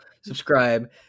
subscribe